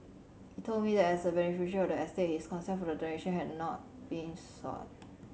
he told me that as a beneficiary of the estate his consent for the donation had not been sought